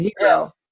zero